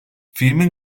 filmin